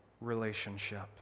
relationship